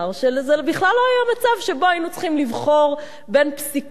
שזה בכלל לא היה מצב שבו היינו צריכים לבחור בין פסיקה של